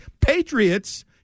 Patriots